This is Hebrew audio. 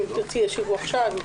אם תרצי, ישיבו עכשיו.